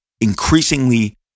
increasingly